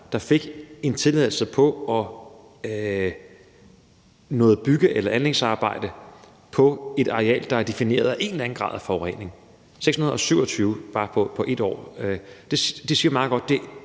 der fik en tilladelse til noget bygge- eller anlægsarbejde på et areal, der er defineret af en eller anden grad af forurening – 627 bare på 1 år! Det siger jo meget godt,